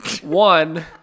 One